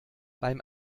beim